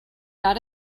got